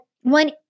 one